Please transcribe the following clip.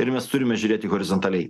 ir mes turime žiūrėti horizontaliai